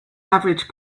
average